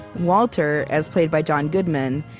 walter, as played by john goodman,